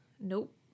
nope